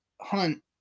hunt